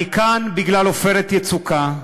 אני כאן בגלל "עופרת יצוקה".